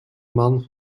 man